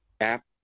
app